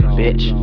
bitch